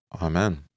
Amen